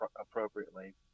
appropriately